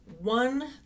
one